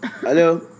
hello